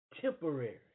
temporary